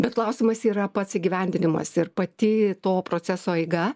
bet klausimas yra pats įgyvendinimas ir pati to proceso eiga